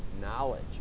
knowledge